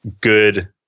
good